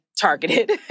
targeted